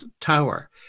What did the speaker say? tower